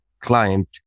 client